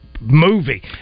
movie